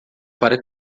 para